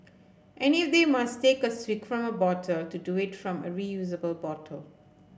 and if they must take a swig from a bottle to do it from a reusable bottle